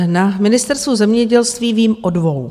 Na Ministerstvu zemědělství vím o dvou.